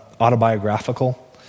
autobiographical